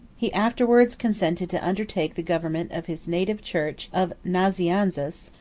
he afterwards consented to undertake the government of his native church of nazianzus,